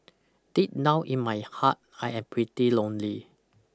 deep now in my heart I'm pretty lonely